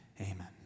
Amen